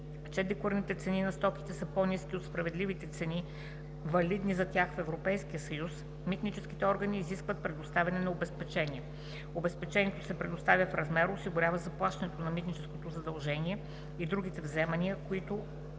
че декларираните цени на стоките са по-ниски от справедливите цени, валидни за тях в Европейския съюз, митническите органи изискват предоставяне на обезпечение. Обезпечението се предоставя в размер, осигуряващ заплащането на митническото задължение и другите вземания, които